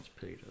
Peter